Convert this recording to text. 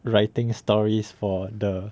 writing stories for the